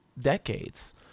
decades